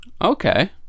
Okay